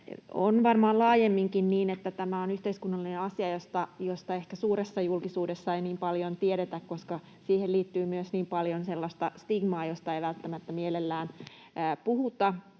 On varmaan laajemminkin niin, että tämä on yhteiskunnallinen asia, josta ehkä suuressa julkisuudessa ei niin paljon tiedetä, koska siihen liittyy myös niin paljon sellaista stigmaa, että siitä ei välttämättä mielellään puhuta,